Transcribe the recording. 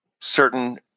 certain